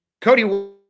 Cody